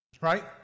Right